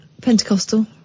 pentecostal